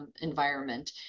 environment